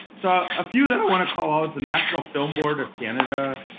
so a few that i want to call out, the national film board of canada,